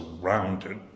surrounded